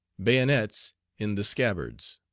bayonets in the scabbards.